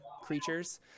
creatures